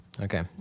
Okay